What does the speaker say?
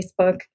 Facebook